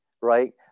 right